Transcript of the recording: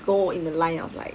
go in the line of like